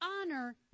honor